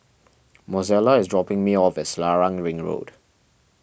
Mozella is dropping me off at Selarang Ring Road